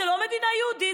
זו לא מדינה יהודית,